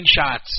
screenshots